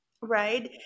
right